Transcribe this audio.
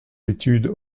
études